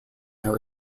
their